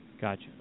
Gotcha